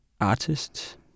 artist